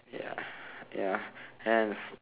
ya ya and